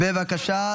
בבקשה.